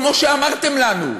כמו שאמרתם לנו,